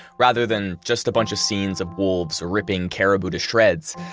rather than just a bunch of scenes of wolves ripping caribou to shreds,